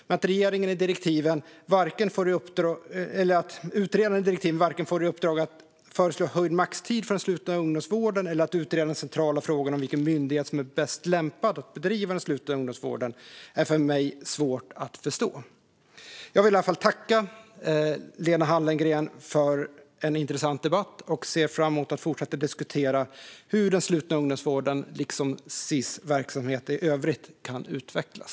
Men att utredaren i direktiven inte får i uppdrag att vare sig föreslå höjd maxtid för den slutna ungdomsvården eller utreda den centrala frågan om vilken myndighet som är bäst lämpad att bedriva den slutna ungdomsvården är för mig svårt att förstå. Jag vill i alla fall tacka Lena Hallengren för en intressant debatt och ser fram emot att fortsätta diskutera hur den slutna ungdomsvården liksom Sis verksamhet i övrigt kan utvecklas.